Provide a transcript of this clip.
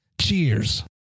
Cheers